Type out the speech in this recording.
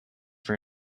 for